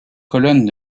colonnes